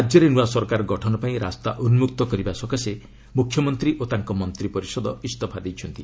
ରାଜ୍ୟରେ ନୂଆ ସରକାର ଗଠନ ପାଇଁ ରାସ୍ତା ଉନ୍କକ୍ତ କରିବା ସକାଶେ ମ୍ରଖ୍ୟମନ୍ତ୍ରୀ ଓ ତାଙ୍କ ମନ୍ତିପରିଷଦ ଇସଫା ଦେଇଛନ୍ତି